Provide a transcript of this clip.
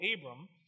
Abram